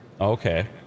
Okay